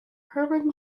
herman